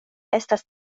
estas